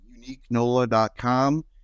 uniquenola.com